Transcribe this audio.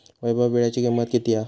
वैभव वीळ्याची किंमत किती हा?